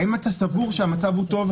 האם אתה סבור שהמצב הוא טוב?